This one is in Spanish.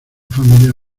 familia